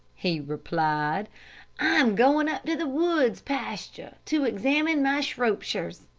he replied i am going up to the woods pasture to examine my shropshires.